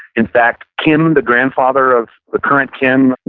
in fact, kim, the grandfather of the current kim,